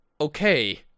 okay